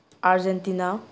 Argentina